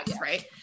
right